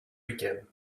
begin